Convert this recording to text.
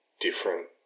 different